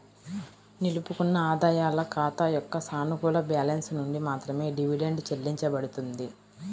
నిలుపుకున్న ఆదాయాల ఖాతా యొక్క సానుకూల బ్యాలెన్స్ నుండి మాత్రమే డివిడెండ్ చెల్లించబడుతుంది